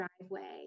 driveway